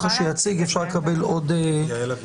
אחרי שהוא יציג אפשר לקבל עוד הסברים.